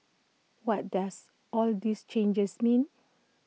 what does all these changes mean